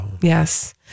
Yes